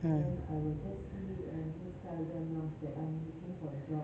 mm